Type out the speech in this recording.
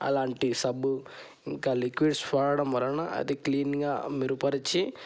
అలాంటి సబ్బు ఇంక లిక్విడ్స్ వాడడం వలన అది క్లీన్గా మెరుగుపరిచి